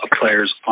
players